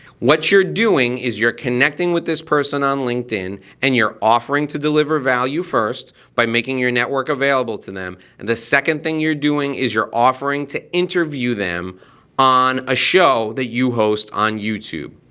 what you're doing is you're connecting with this person on linkedin and you're offering to deliver value first by making your network available to them and the second thing you're doing is you're offering to interview them on a show that you host on youtube.